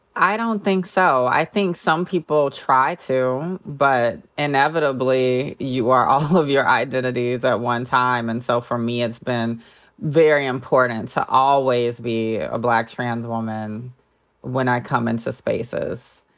i don't think so. i think some people try to. but inevitably, you are all of your identities at one time. and so for me it's been very important to always be a black trans woman when i come into spaces.